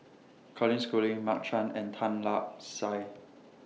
Colin Schooling Mark Chan and Tan Lark Sye